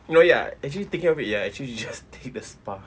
no ya actually thinking of it ya actually should just take the spa